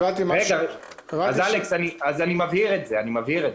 אני מבהיר: